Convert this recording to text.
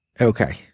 Okay